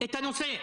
את הנושא.